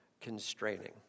constraining